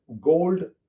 Gold